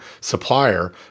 supplier